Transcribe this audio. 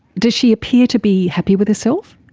does she appear to be happy with herself?